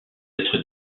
être